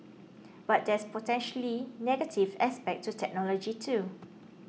but there's potentially negative aspect to technology too